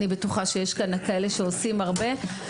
אני בטוחה שיש כאן שעושים הרבה.